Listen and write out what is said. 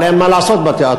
אבל אין מה לעשות בתיאטרון,